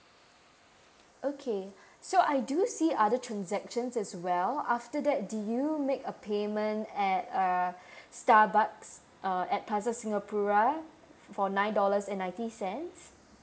okay so I do see other transactions as well after that did you make a payment at uh Starbucks uh at plaza singapura for nine dollars and ninety cents